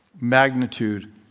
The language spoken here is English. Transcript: magnitude